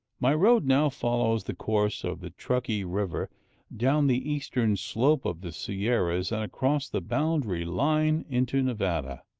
my road now follows the course of the truckee river down the eastern slope of the sierras, and across the boundary line into nevada.